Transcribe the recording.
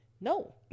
No